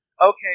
okay